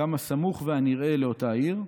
גם הסמוך והנראה לאותה עיר,